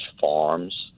farms